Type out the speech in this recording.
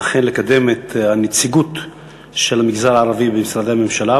אכן לקדם את הנציגות של המגזר הערבי במשרדי הממשלה,